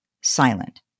Silent